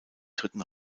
dritten